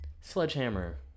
Sledgehammer